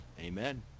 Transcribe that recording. Amen